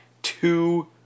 two